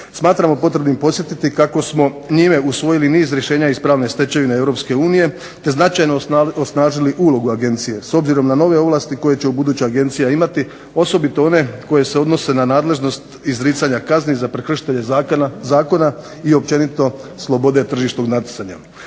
Smatramo potrebnim podsjetiti kako smo njime usvojili niz rješenja iz pravne stečevine EU te značajno osnažili ulogu agencije s obzirom na nove ovlasti koje će ubuduće agencija imati osobito one koje se odnose na nadležnost izricanja kazni za prekršitelje zakona i općenito slobode tržišnog natjecanja.